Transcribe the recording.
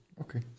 okay